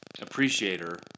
appreciator